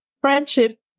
friendship